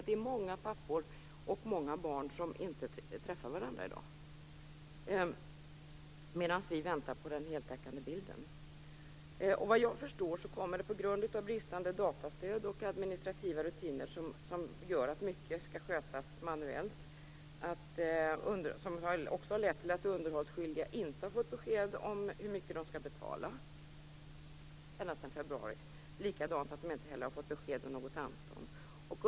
Det är många pappor och många barn som inte träffar varandra i dag, medan vi väntar på den heltäckande bilden. Såvitt jag förstår kommer mycket, på grund av bristande datastöd och administrativa rutiner, att skötas manuellt. Det har lett till att underhållsskyldiga sedan i februari inte har fått besked om hur mycket de skall betala. De har inte heller fått besked om något anstånd.